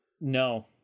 No